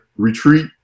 Retreat